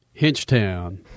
Hinchtown